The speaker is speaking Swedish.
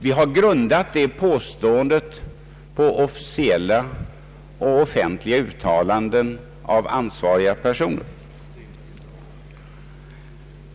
Vi har grundat det påståendet på officiella och offentliga uttalanden av ansvariga personer.